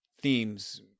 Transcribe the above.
themes